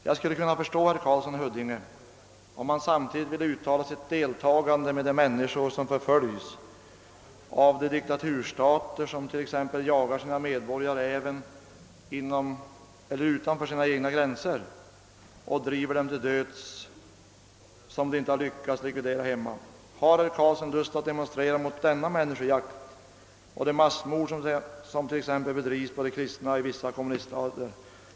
Jag skulle kunna förstå herr Karlsson i Huddinge, om han samtidigt ville uttala sitt deltagande med de människor som förföljs av de diktaturstater som t.o.m. jagar sina medborgare utom sina egna gränser och driver dem till döds, som de inte har lyckats likvidera hemma! Har herr Karlsson lust att demonstrera mot denna människojakt och de massmord som exempelvis bedrivs på de kristna i vissa kommuniststater?